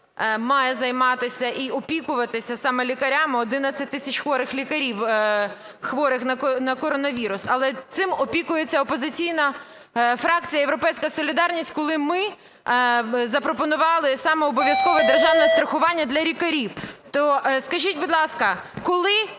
має займатися і опікуватися саме лікарями, 11 тисяч хворих лікарів, хворих на коронавірус, але цим опікується опозиційна фракція "Європейська солідарність", коли ми запропонували саме обов'язкове державне страхування для лікарів. То скажіть, будь ласка, коли